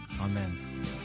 Amen